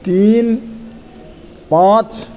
तीन पाँच